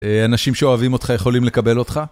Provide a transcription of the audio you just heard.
אנשים שאוהבים אותך, יכולים לקבל אותך.